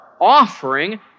offering